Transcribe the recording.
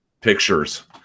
pictures